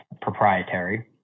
proprietary